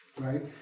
right